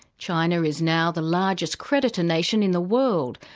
china is now the largest creditor nation in the world,